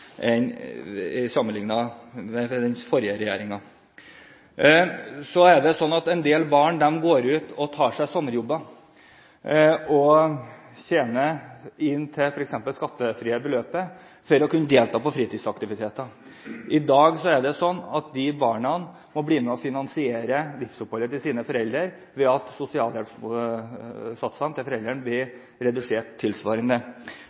med tall under den forrige regjeringen. En del barn går ut og tar seg sommerjobber og tjener inntil f.eks. det skattefrie beløpet for å kunne delta i fritidsaktiviteter. I dag er det sånn at de barna må bli med og finansiere livsoppholdet til sine foreldre ved at sosialhjelpssatsene til foreldrene blir redusert tilsvarende.